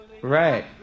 Right